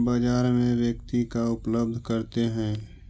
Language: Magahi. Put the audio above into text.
बाजार में व्यक्ति का उपलब्ध करते हैं?